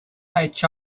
page